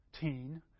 teen